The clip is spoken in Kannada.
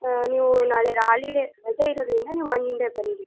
ಹಾಂ ನೀವು ನಾಳೆಗೆ ಹಾಲಿಡೇ ರಜೆ ಇರೋದರಿಂದ ನೀವು ಮಂಡೇ ಬಂದುಬಿಡಿ